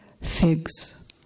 figs